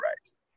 rights